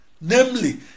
Namely